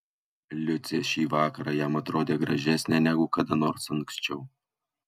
liucė šį vakarą jam atrodė gražesnė negu kada nors anksčiau